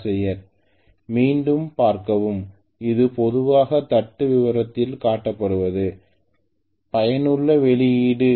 பேராசிரியர் மீண்டும் பார்க்கவும் இது பொதுவாக தட்டு விவரத்தில் காட்டப்படுவது பயனுள்ள வெளியீடு என்று அறிக்கையைப் பொறுத்தது